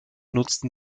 nutzten